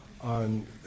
on